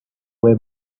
way